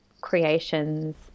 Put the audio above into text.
creations